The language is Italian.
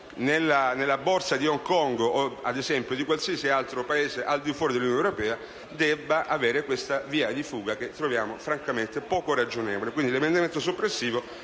nella Borsa di Hong Kong o di qualsiasi altro Paese al di fuori dell'Unione europea debba avere questa via di fuga, che troviamo francamente poco ragionevole. L'emendamento soppressivo